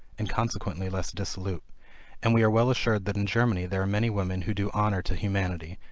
and consequently less dissolute and we are well assured that in germany there are many women who do honor to humanity,